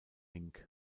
inc